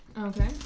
Okay